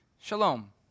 shalom